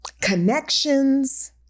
connections